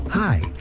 Hi